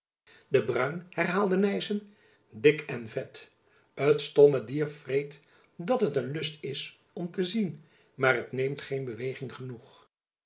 de bruin herhaalde nyssen dik en vet t stomme dier vreet dat het een lust is om te zien maar t neemt geen beweging genoeg